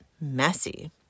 messy